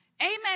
Amen